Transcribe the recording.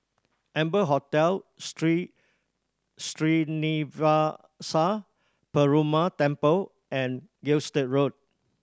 Amber Hotel Sri Srinivasa Perumal Temple and Gilstead Road